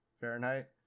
Fahrenheit